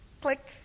click